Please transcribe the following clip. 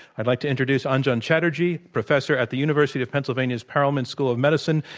i'd like to introduce anjan chatterjee, professor at the university of pennsylvania's perelman school of medicine,